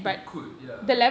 it could ya